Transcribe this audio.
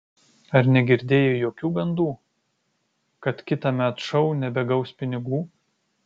ar negirdėjai jokių gandų kad kitąmet šou nebegaus pinigų